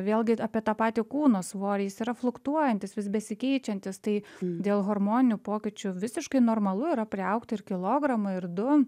vėlgi apie tą patį kūno svorį jis yra fliuktuojantis vis besikeičiantis tai dėl hormoninių pokyčių visiškai normalu yra priaugt ir kilogramą ir du